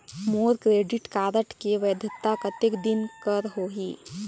मोर credit card के वैधता कतेक दिन कर होही?